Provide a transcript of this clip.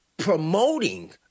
promoting